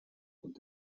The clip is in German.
und